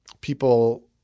people